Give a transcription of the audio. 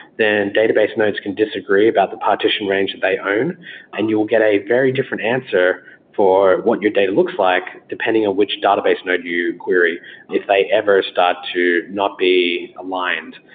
then database nodes can disagree about the partition range that they own and you'll get a very different answer for what your data looks like depending on which database node you query if they ever start to not be aligned.